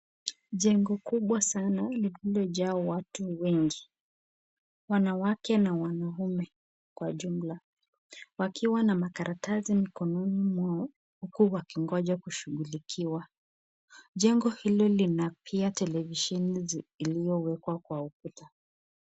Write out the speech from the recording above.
Jengo kubwa sana lililo jaa watu wengi wanawake na wanaume kwa jumla wakiwa na makaratasi mikononi mwao huku wakingoja kushugulikiwa. Jengi hiyo lina pia televisheni iliyowekwa kwa ukutu.